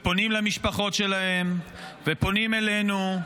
ופונים למשפחות שלהם ופונים אלינו,